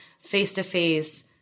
face-to-face